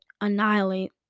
annihilate